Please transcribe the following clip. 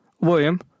William